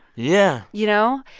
yeah you know?